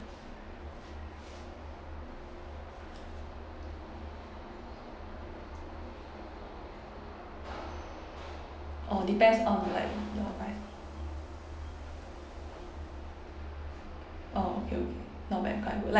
orh depends on like the price orh okay okay not bad quite like